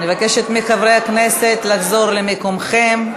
אני מבקשת מחברי הכנסת לחזור למקומם.